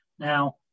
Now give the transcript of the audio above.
Now